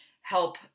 help